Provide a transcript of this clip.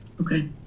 Okay